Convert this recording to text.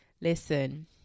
Listen